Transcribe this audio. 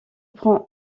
prend